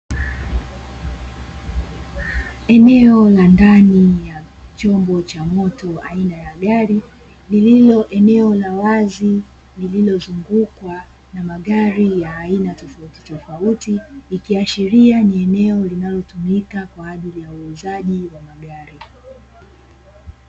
Eneo la ndani ya chombo cha moto aina ya gari, lililo eneo la wazi lililozungukwa na magari ya aina tofauti tofauti, ikiashiria ni eneo linalotumika kwa ajili ya uuzaji wa magari.